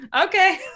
Okay